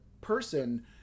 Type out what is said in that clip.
person